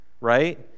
right